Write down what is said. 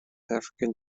african